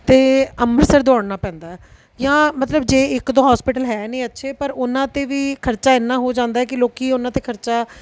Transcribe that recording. ਅਤੇ ਅੰਮ੍ਰਿਤਸਰ ਦੌੜਨਾ ਪੈਂਦਾ ਜਾਂ ਮਤਲਬ ਜੇ ਇੱਕ ਦੋ ਹੋਸਪਿਟਲ ਹੈ ਨਹੀਂ ਅੱਛੇ ਪਰ ਉਹਨਾਂ 'ਤੇ ਵੀ ਖਰਚਾ ਇੰਨਾ ਹੋ ਜਾਂਦਾ ਕਿ ਲੋਕ ਉਹਨਾਂ 'ਤੇ ਖਰਚਾ